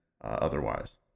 otherwise